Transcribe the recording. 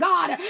God